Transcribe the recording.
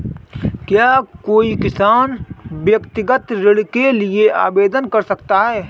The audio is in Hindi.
क्या कोई किसान व्यक्तिगत ऋण के लिए आवेदन कर सकता है?